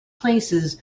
places